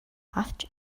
авч